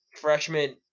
freshman